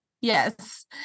yes